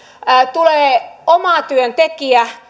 tulee omatyöntekijä